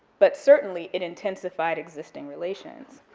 but certainly, it intensified existing relations,